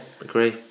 agree